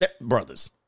Brothers